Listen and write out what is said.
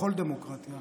בכל דמוקרטיה,